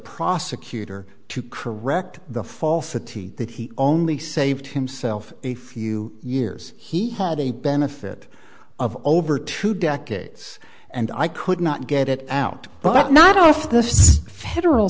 prosecutor to correct the falsity that he only saved himself a few years he had a benefit of over two decades and i could not get it out but not off this federal